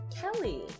Kelly